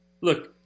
Look